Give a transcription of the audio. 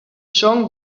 song